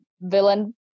villain